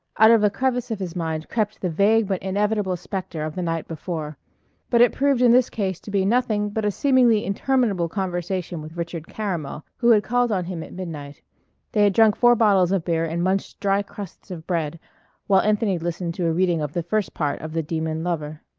out of a crevice of his mind crept the vague but inevitable spectre of the night before but it proved in this case to be nothing but a seemingly interminable conversation with richard caramel, who had called on him at midnight they had drunk four bottles of beer and munched dry crusts of bread while anthony listened to a reading of the first part of the demon lover.